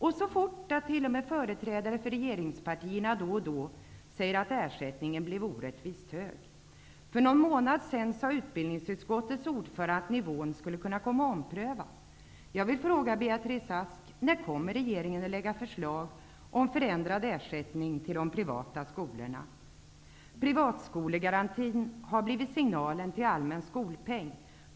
Och så fort att till och med företrädare för regeringspartierna då och då säger att ersättningen blev orättvist hög. För någon månad sedan sade utbildningsutskottets ordförande att nivån skulle kunna komma att omprövas. Jag vill fråga Beatrice Ask: När kommer regeringen att lägga fram förslag om förändrad ersättning till de privata skolorna? Privatskolegarantin har blivit signalen till en allmän skolpeng.